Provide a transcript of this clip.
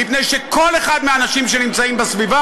מפני שכל אחד מהאנשים שנמצאים בסביבה